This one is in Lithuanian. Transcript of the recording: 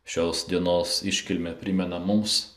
šios dienos iškilmė primena mums